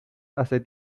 hace